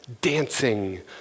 dancing